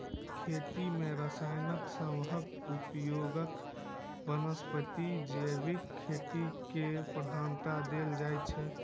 खेती मे रसायन सबहक उपयोगक बनस्पैत जैविक खेती केँ प्रधानता देल जाइ छै